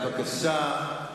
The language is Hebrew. בבקשה.